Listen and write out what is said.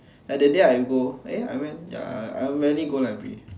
like that day I go eh I went ya I rarely go library